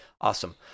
Awesome